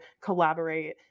collaborate